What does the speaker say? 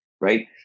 right